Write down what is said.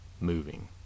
moving